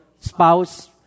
spouse